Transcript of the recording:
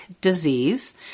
disease